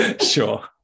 sure